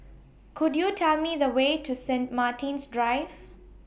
Could YOU Tell Me The Way to Saint Martin's Drive